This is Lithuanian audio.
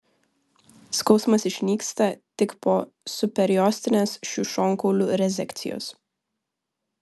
skausmas išnyksta tik po subperiostinės šių šonkaulių rezekcijos